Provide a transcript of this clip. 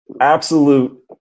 absolute